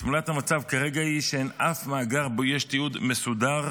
תמונת המצב כרגע היא שאין אף מאגר שבו יש תיעוד מסודר,